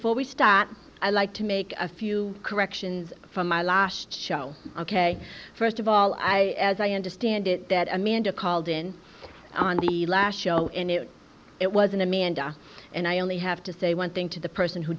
well we start i'd like to make a few corrections from my last show ok first of all i as i understand it that amanda called in on the last show and it it was an unmanned and i only have to say one thing to the person who